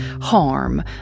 harm